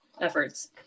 efforts